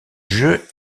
jeu